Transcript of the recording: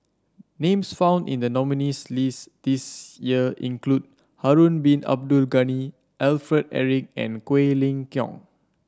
names found in the nominees' list this year include Harun Bin Abdul Ghani Alfred Eric and Quek Ling Kiong